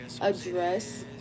address